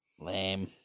lame